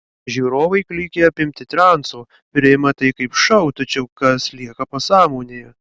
žiūrovai klykia apimti transo priima tai kaip šou tačiau kas lieka pasąmonėje